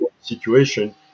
situation